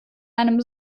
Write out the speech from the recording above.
einem